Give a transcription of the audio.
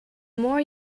more